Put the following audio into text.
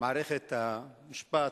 במערכת המשפט,